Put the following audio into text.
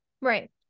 Right